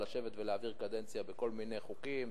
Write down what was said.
לשבת ולהעביר קדנציה עם כל מיני חוקים,